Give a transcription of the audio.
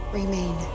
remain